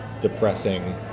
depressing